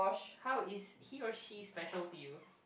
how is he or she special to you